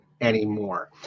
anymore